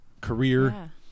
career